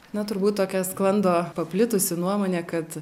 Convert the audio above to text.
na turbūt tokia sklando paplitusi nuomonė kad